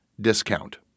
discount